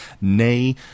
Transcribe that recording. nay